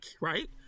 right